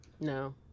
No